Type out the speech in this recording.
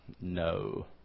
no